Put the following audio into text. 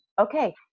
okay